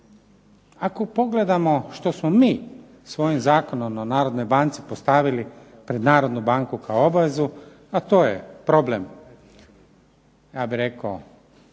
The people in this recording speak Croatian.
Ako pogledamo što smo mi svojim Zakonom o Narodnoj banci postavili pred Narodnu banku kao obavezu, a to je problem ja bih rekao